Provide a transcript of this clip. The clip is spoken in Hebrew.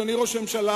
אדוני ראש הממשלה,